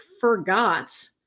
forgot